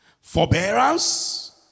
forbearance